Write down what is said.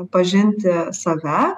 pažinti save